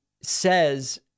says